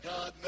God